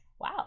Wow